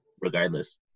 regardless